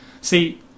See